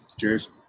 Cheers